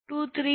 8